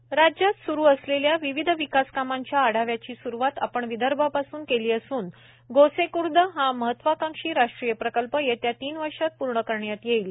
गोसेखर्द प्रकल्प राज्यात सुरू असलेल्या विविध विकासकामांच्या आढाव्याची सुरुवात आपण विदर्भापासून केली असून गोसेखुर्द हा महत्वाकांक्षी राष्ट्रीय प्रकल्प येत्या तीन वर्षात पूर्ण करण्यात येईल